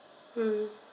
mm